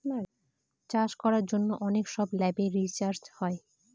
চাষ করার জন্য অনেক সব ল্যাবে রিসার্চ হয়